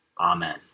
Amen